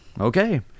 okay